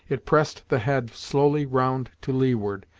it pressed the head slowly round to leeward,